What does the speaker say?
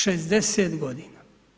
60 godina.